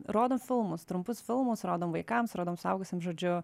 rodom filmus trumpus filmus rodom vaikams rodom suaugusiem žodžiu